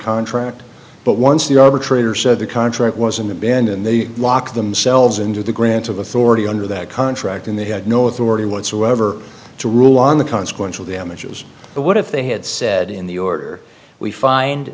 contract but once the arbitrator said the contract was in the bin in the lock themselves into the grant of authority under that contract and they had no authority whatsoever to rule on the consequential damages but what if they had said in the order we find